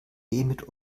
mit